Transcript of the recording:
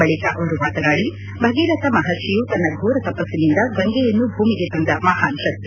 ಬಳಿಕ ಅವರು ಮಾತನಾಡಿ ಭಗೀರಥ ಮಹರ್ಷಿಯು ತನ್ನ ಘೋರ ತಪಸ್ಸಿನಿಂದ ಗಂಗೆಯನ್ನು ಭೂಮಿಗೆ ತಂದ ಮಹಾನ್ ಶಕ್ತಿ